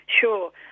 Sure